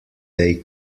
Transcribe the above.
they